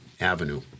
avenue